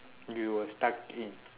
you were stuck in